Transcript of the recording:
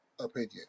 opinion